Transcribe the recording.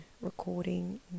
recording